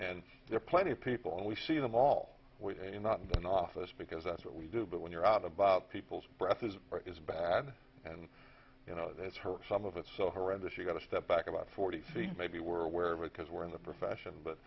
and there are plenty of people and we see them all with a not in office because that's what we do but when you're out about people's breath is is bad and you know that's hurt some of it so horrendous you got a step back about forty c maybe we're aware of it because we're in the profession but